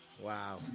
Wow